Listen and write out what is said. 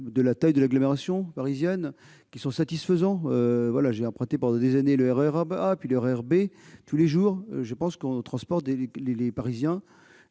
de la taille de l'agglomération parisienne et qu'ils sont satisfaisants. J'ai emprunté pendant des années le RER A, puis le RER B, tous les jours : on transporte les Parisiens